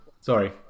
Sorry